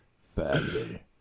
family